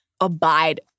abide